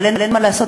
אבל אין מה לעשות,